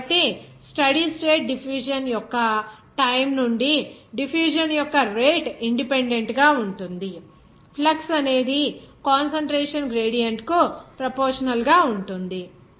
కాబట్టి steady state diffusion యొక్క time నుండి డిఫ్యూజన్ యొక్క రేటు ఇన్ డిపెండెంట్ గా ఉంటుంది ఫ్లక్స్ అనేది కాన్సంట్రేషన్ గ్రేడియంట్ కు ప్రోపోర్షనల్ గా ఉంటుంది